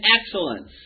excellence